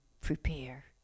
prepare